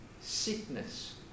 sickness